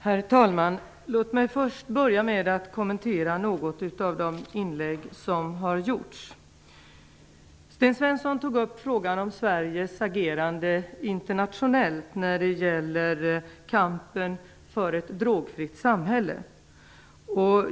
Herr talman! Låt mig först kommentera några av inläggen här. Sten Svensson tog upp frågan om Sveriges agerande internationellt när det gäller kampen för ett drogfritt samhälle.